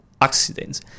accidents